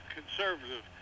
conservative